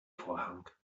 vorhang